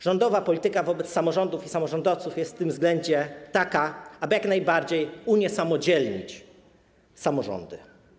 Rządowa polityka wobec samorządów i samorządowców jest w tym względzie taka, aby jak najbardziej uniesamodzielnić samorządy.